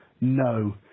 No